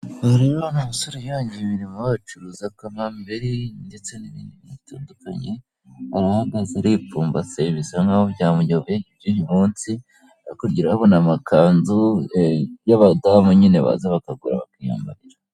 Aha urabona umusore wihangiye imirimo acuruzaga kamambiri ndetse n'ibindi bintu bitandukanye, arahagaze aripfumbase bisa nkaho byamuyobeye iby'uyu munsi, hakurya urahabona amakanzu y'abadamu nyine baza bakagura bakiyambarira.